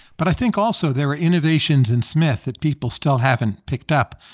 but i think also there were innovations in smith that people still haven't picked up.